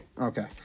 Okay